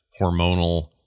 hormonal